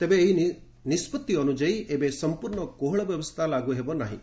ତେବେ ଏହି ନିଷ୍ପତ୍ତି ଅନ୍ତ୍ରଯାୟୀ ଏବେ ସମ୍ପର୍ଷ୍ଣ କୋହଳ ବ୍ୟବସ୍ଥା ଲାଗୁ ହେବ ନାହିଁ